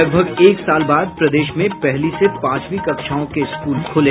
लगभग एक साल बाद प्रदेश में पहली से पांचवीं कक्षाओं के स्कूल खुले